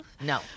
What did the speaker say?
No